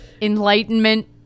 enlightenment